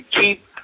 keep